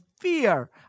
Fear